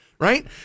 Right